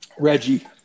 Reggie